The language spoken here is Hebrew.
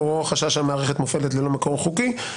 ולאור החשש שהמערכת מופעלת ללא מקור חוקי,